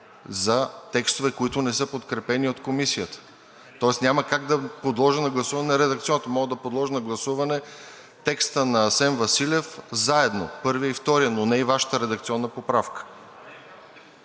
за текстове, които не са подкрепени от Комисията, тоест няма как да подложа на гласуване редакционното... Мога да подложа на гласуване текста на Асен Василев – заедно, първия и втория, но не и Вашата редакционна поправка.